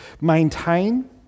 maintain